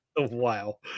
Wow